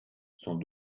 sans